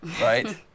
right